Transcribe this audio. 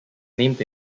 named